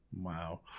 Wow